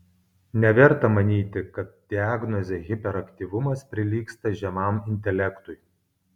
neverta manyti kad diagnozė hiperaktyvumas prilygsta žemam intelektui